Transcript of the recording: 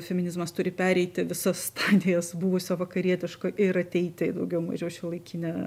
feminizmas turi pereiti visas stadijas buvusio vakarietiško ir ateiti į daugiau mažiau šiuolaikinę